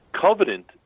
covenant